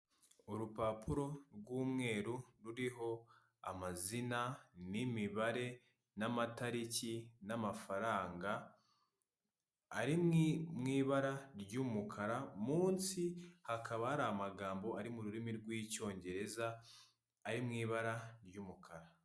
Urupapuro rw'umweru, ruriho amazina n'imibare, n'amatariki n'amafaranga ari mu ibara ry'umukara, munsi hakaba hari amagambo ari mu rurimi rw'Icyongereza, ari mu ibara ry'umukara.